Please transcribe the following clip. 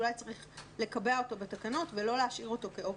אולי צריך לקבע אותו בתקנות ולא להשאיר אותו כאופציה.